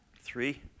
Three